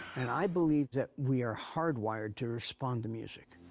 and i believe that we are hardwired to respond to music.